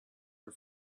for